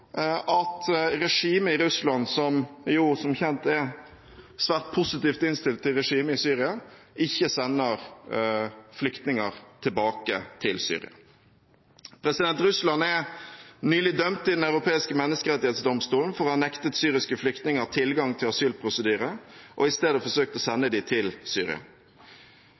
at regimet i Russland – som jo som kjent er svært positivt innstilt til regimet i Syria – ikke sender flyktninger tilbake til Syria. Russland er nylig dømt i Den europeiske menneskerettighetsdomstolen for å ha nektet syriske flyktninger tilgang til asylprosedyre og for i stedet å ha forsøkt å sende dem til Syria.